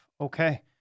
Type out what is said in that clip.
Okay